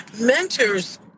mentors